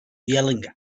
yelling